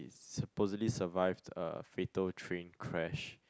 supposedly survived a fatal train crash